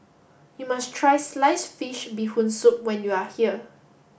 you must try sliced fish bee hoon soup when you are here